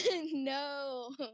No